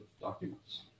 documents